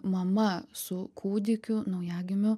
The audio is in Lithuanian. mama su kūdikiu naujagimiu